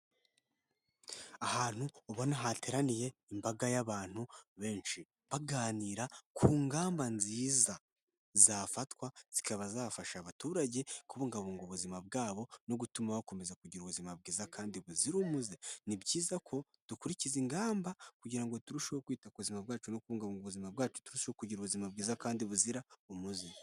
Ahantu ubona hateraniye imbaga y'abantu benshi baganira ku ngamba nziza zafatwa zikaba zafasha abaturage kubungabunga ubuzima bwabo no gutuma bakomeza kugira ubuzima bwiza kandi buzira umuze. Ni byiza ko dukurikiza ingamba kugira ngo turusheho kwita kuzima bwacu no kubungabunga ubuzima bwacu turushaho kugira ubuzima bwiza kandi buzira umuze.